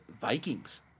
Vikings